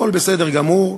הכול בסדר גמור,